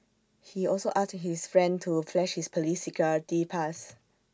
he also asked his friend to flash his Police security pass